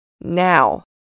Now